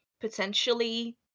potentially